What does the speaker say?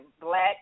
black